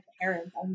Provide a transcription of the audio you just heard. parents